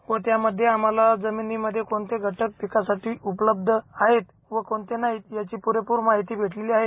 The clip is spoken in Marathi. व त्यामध्ये आम्हाला जमिनीमध्ये कोणते घटक पिकासाठी उपलब्ध आहेत व कोणते नाहीत याची पुरेपूर माहिती भेटली आहे